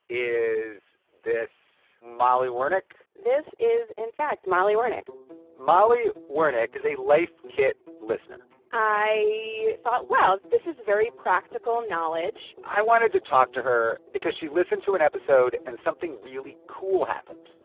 is this molly wernick? this is, in fact, molly wernick molly wernick is a life kit listener i thought, wow, this is very practical knowledge i wanted to talk to her because she listened to an episode, and something really cool happened.